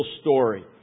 story